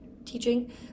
teaching